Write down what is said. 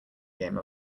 game